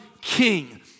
king